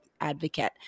advocate